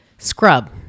Scrub